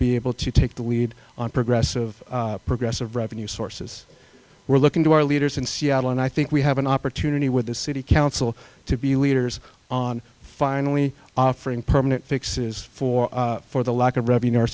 be able to take the lead on progressive progressive revenue sources we're looking to our leaders in seattle and i think we have an opportunity with the city council to be leaders on finally offering permanent fixes for for the lack of r